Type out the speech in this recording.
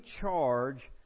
charge